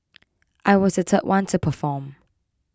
I was the third one to perform